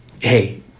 hey